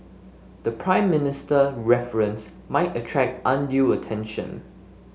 the Prime Minister reference might attract undue attention